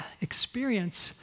experience